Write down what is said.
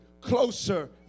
closer